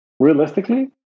Realistically